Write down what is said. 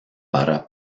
para